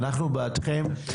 אנחנו בעדכם,